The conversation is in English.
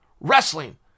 wrestling